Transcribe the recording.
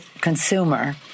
consumer